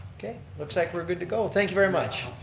okay, looks like we're good to go. thank you very much.